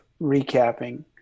recapping